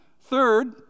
Third